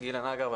גילה נגר.